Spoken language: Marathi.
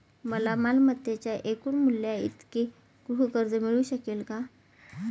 मला मालमत्तेच्या एकूण मूल्याइतके गृहकर्ज मिळू शकेल का?